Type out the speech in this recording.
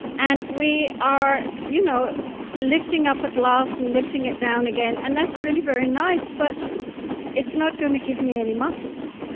and we are you know lifting up a glass and lifting it down again and that's really very nice but it's not going to give me any muscles.